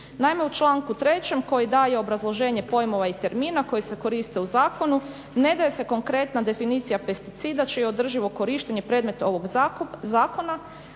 Naime u članku 3.koji daje obrazloženje pojmova i termina koji se koriste u zakonu ne daje se konkretna definicija pesticida čije je održivo korištenje predmet ovog zakona